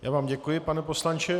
Já vám děkuji, pane poslanče.